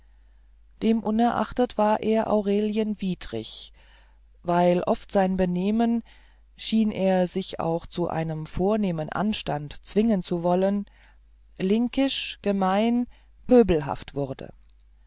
demunerachtet war er aurelien widrig weil oft sein benehmen schien er sich auch zu einem vornehmen anstande zwingen zu wollen linkisch gemein pöbelhaft wurde